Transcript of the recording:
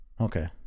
Okay